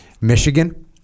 Michigan